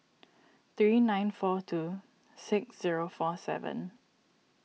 three nine four two six zero four seven